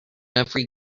every